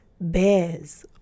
bears